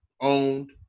owned